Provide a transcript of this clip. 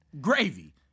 gravy